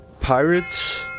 Pirates